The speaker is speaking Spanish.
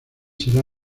será